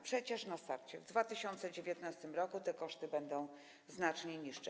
Przecież na starcie w 2019 r. te koszty będą znacznie niższe.